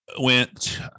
went